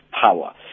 power